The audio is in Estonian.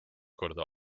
korda